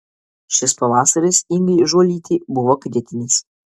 šis pavasaris ingai žuolytei buvo kritinis